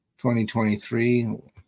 2023